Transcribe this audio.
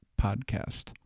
podcast